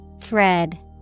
Thread